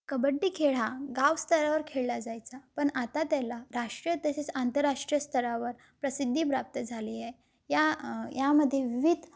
कबड्डी खेळ हा गाव स्तरावर खेळला जायचा पण आता त्याला राष्ट्रीय तसेच आंतरराष्ट्रीय स्तरावर प्रसिद्धी प्राप्त झालीआहे या यामध्ये विविध